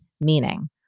meaning